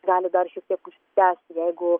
gali dar šiek tiek užsitęsti jeigu